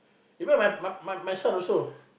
even my my my my son also